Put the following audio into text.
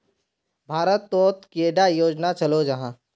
भारत तोत कैडा योजना चलो जाहा?